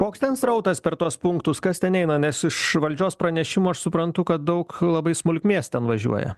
koks ten srautas per tuos punktus kas ten eina nes iš valdžios pranešimų aš suprantu kad daug labai smulkmės ten važiuoja